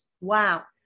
Wow